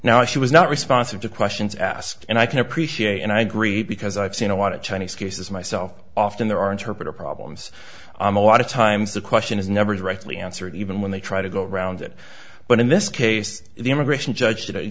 now she was not responsive to questions asked and i can appreciate and i agree because i've seen a lot of chinese cases myself often there are interpreter problems i'm a lot of times the question is never directly answered even when they try to go around it but in this case the immigration judge